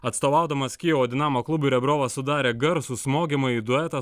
atstovaudamas kijevo dinamo klubui rebrovas sudarė garsų smogiamąjį duetą